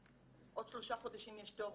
עוד שלושה חודשים יש תור,